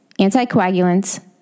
anticoagulants